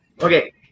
Okay